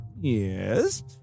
Yes